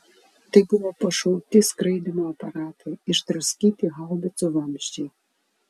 tai buvo pašauti skraidymo aparatai išdraskyti haubicų vamzdžiai